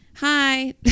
hi